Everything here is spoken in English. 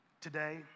Today